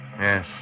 Yes